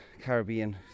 Caribbean